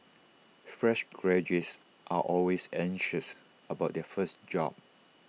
fresh graduates are always anxious about their first job